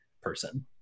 person